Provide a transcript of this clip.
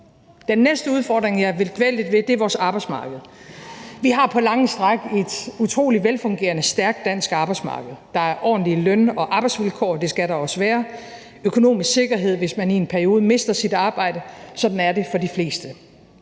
Den næste udfordring, jeg vil dvæle lidt ved, er vores arbejdsmarked. Vi har på lange stræk et utrolig velfungerende, stærkt dansk arbejdsmarked. Der er ordentlige løn- og arbejdsvilkår – det skal der også være – og der er økonomisk sikkerhed, hvis man i en periode mister sit arbejde. Sådan er det for de fleste,